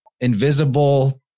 invisible